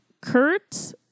Kurt